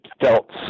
felt